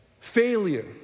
Failure